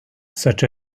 such